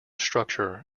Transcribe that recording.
structure